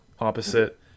opposite